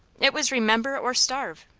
it was remember, or starve,